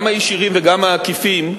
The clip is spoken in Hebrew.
גם הישירים וגם העקיפים,